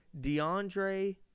DeAndre